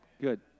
Good